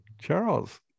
Charles